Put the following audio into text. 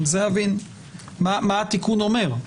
אני רוצה להבין מה התיקון אומר.